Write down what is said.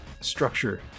structure